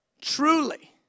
truly